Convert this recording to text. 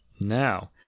Now